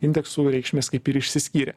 indeksų reikšmės kaip ir išsiskyrė